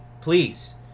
please